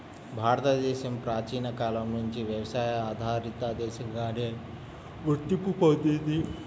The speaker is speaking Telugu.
భారతదేశం ప్రాచీన కాలం నుంచి వ్యవసాయ ఆధారిత దేశంగానే గుర్తింపు పొందింది